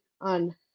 on